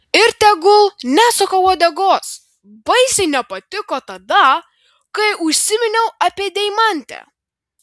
ir tegul nesuka uodegos baisiai nepatiko tada kai užsiminiau apie deimantę